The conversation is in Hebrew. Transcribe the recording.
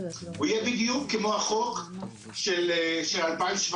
הוא יהיה בדיוק כמו החוק של 2017,